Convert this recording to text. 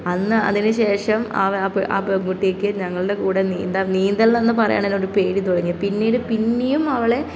അന്ന് അതിന് ശേഷം ആ ആ പെൺകുട്ടിക്ക് ഞങ്ങളുടെ കൂടെ നീന്താൻ നീന്തൽ എന്ന് പറയുകയാണെങ്കിൽ ഒരു പേടി തുടങ്ങിയാൽ പിന്നീട് പിന്നെയും അവളെ